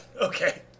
Okay